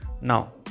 now